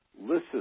Listen